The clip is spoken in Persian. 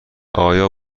آیا